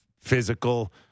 physical